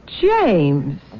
James